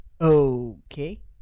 Okay